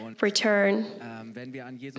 return